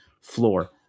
floor